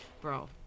bro